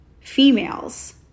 females